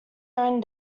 own